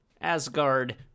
Asgard